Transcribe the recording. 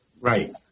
Right